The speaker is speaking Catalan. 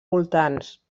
voltants